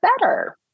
better